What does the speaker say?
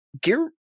gear